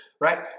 Right